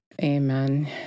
Amen